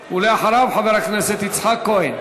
ואחריו, חבר הכנסת יצחק כהן.